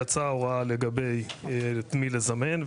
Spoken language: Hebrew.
יצא הוראה לגבי את מי לזמן,